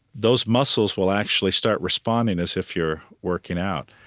those muscles will actually start responding as if you're working out